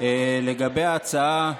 לגבי ההצעה,